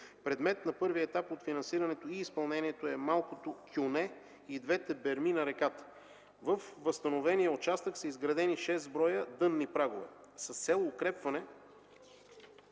Предмет на първия етап от финансирането и изпълнението е Малкото кюме и двете берми на реката. Във възстановения участък са изградени 6 броя дънни прагове. С цел укрепване